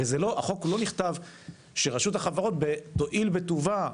הרי בחוק לא נכתב ש"רשות החברות תואיל בטובה",